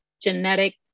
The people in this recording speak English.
genetic